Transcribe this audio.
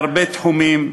בהרבה תחומים,